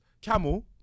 Camel